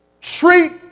Treat